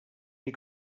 les